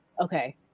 Okay